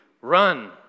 run